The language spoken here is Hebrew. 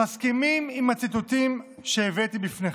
מסכימים לציטוטים שהבאתי בפניכם,